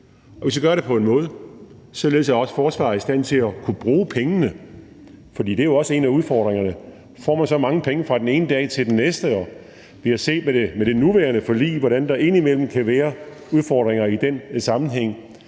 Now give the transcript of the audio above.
og vi skal gøre det på en måde, så forsvaret også er i stand til at kunne bruge pengene, for det er jo også en af udfordringerne, hvis man får så mange penge fra den ene dag til den næste. Vi har set med det nuværende forlig, hvordan der indimellem kan være udfordringer i den sammenhæng.